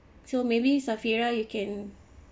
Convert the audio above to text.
so maybe safira you can